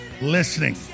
listening